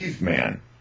man